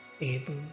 able